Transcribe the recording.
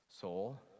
soul